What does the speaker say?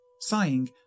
Sighing